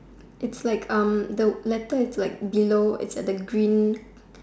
it's like erm the letter is like below it's at the green